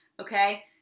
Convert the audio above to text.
Okay